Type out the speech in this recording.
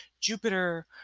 Jupiter